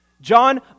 John